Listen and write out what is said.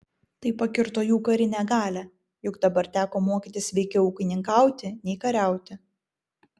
tai pakirto jų karinę galią juk dabar teko mokytis veikiau ūkininkauti nei kariauti